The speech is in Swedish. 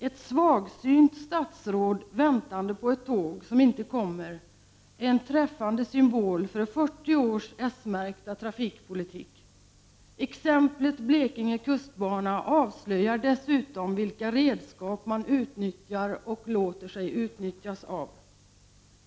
Ett svagsynt statsråd väntande på ett tåg som inte kommer är en träffande symbol för 40 års s-märkta trafikpolitik. Exemplet Blekinge kustbana avslöjar dessutom vilka redskap som man utnyttjar och låter sig utnyttjas av.